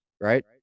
right